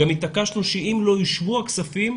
גם התעקשנו שאם לא יושבו הכספים,